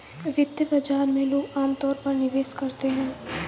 वित्तीय बाजार में लोग अमतौर पर निवेश करते हैं